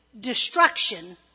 destruction